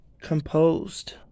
composed